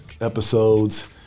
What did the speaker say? episodes